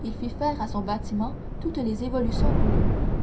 il fit faire à son bâtiment toutes les évolutions voulues